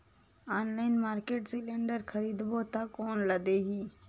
Online market cylinder खरीदबो ता कोन ला देही?